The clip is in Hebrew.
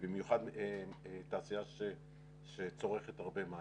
ובמיוחד תעשייה שצורכת הרבה מים.